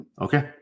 Okay